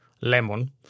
lemon